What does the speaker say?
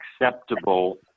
acceptable